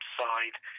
side—